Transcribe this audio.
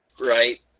Right